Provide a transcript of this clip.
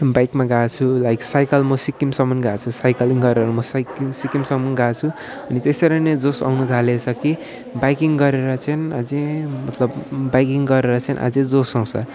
बाइकमा गएको छु लाइक साइकल म सिक्किमसम्म गएको छु साइकलिङ गरेर म साइकलिङ सिक्किमसम्म गएको छु अनि त्यसरी नै जोस् आउनु थालेको छ कि बाइकिङ गरेर चाहिँ अझै मतलब बाइकिङ गरेर चाहिँ अझै जोस् आउँछ